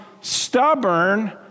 stubborn